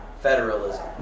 federalism